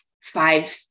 five